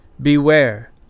Beware